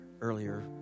earlier